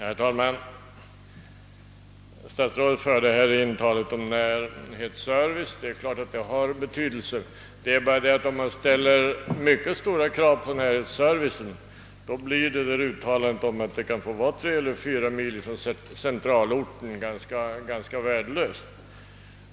Herr talman! Statsrådet förde in frågan om närhetsservice. Självfallet har denna stor betydelse — det är bara det att om man ställer mycket stora krav på närhetsservicen blir uttalandet att det kan få vara tre eller fyra mil till centralorten ganska värdelöst.